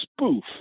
spoof